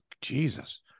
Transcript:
Jesus